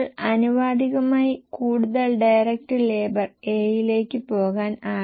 12 ആയും കൂടുന്നു നിങ്ങൾക്ക് മനസിലാകുന്നുണ്ടോ